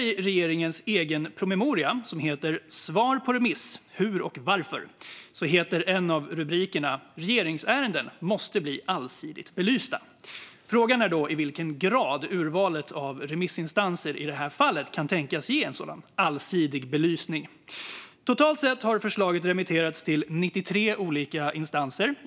I regeringens egen promemoria Svara på remiss - hur och varför är en av rubrikerna "Regeringsärendena måste bli allsidigt belysta". Frågan är då i vilken grad urvalet av remissinstanser i detta fall kan tänkas ge en sådan allsidig belysning. Totalt sett har förslaget remitterats till 93 olika instanser.